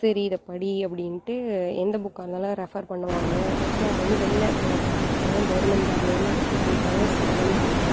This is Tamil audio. சரி இதை படி அப்படின்னுட்டு எந்த புக்காக இருந்தாலும் ரெஃபர் பண்ணுவாங்க மோஸ்ட்லி அவங்க வந்து வெளில இப்போ ஒர்க் பண்ணுறாங்க கவர்மெண்ட் ஜாப்லந்து ரிட்டெயிர் ஆயிட்டாங்க ஸோ வந்து